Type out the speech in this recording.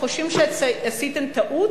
ואנחנו חושבים שעשיתם טעות